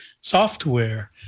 software